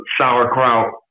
sauerkraut